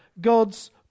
God's